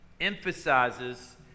emphasizes